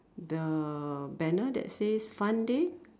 the banner that says fun day